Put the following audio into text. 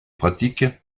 pratique